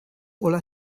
ulla